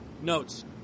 notes